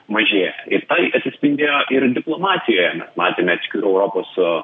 mažėja ir tai atsispindėjo ir diplomatijoje mes matėme atskirų europos